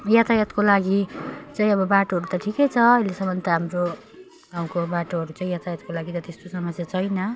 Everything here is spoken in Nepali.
यातायातको लागि चाहिँ अब बाटोहरू त ठिकै छ अहिलेसम्म त हाम्रो गाउँको बाटोहरू चाहिँ यातायातको लागि त त्यस्तो समस्या छैन